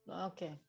Okay